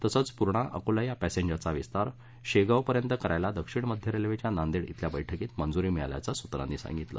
तसंच पूर्णा अकोला या पस्मिरचा विस्तार शेगांव पर्यंत करायला दक्षिण मध्य रेल्वेच्या नांदेड इथल्या बैठकीत मंजुरी मिळाल्याच सूत्रांनी सांगितलं